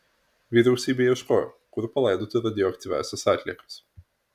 vyriausybė ieškojo kur palaidoti radioaktyviąsias atliekas